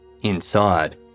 Inside